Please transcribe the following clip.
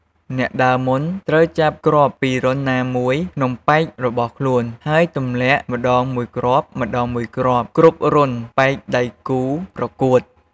អ្នកដើរមុន ត្រូវចាប់គ្រាប់ពីរន្ធណាមួយ ក្នុងប៉ែករបស់ខ្លួន ហើយទម្លាក់ម្ដងមួយគ្រាប់ៗគ្រប់រន្ធប៉ែកដៃគូរប្រកួត។